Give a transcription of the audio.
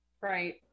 Right